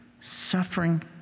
suffering